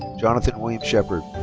jonathan william shepherd.